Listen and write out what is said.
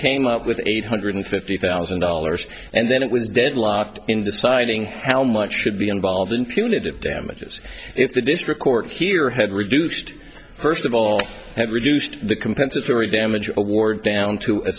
came up with eight hundred fifty thousand dollars and then it was deadlocked in deciding how much should be involved in punitive damages if the district court here had reduced first of all had reduced the compensatory damages award down to a